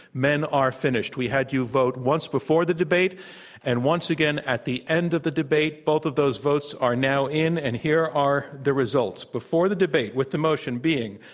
men are finished. we had you vote once before the debate and once again at the end of the debate. both of those votes are now in. and here are the results. before the debate, with the motion being,